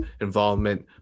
involvement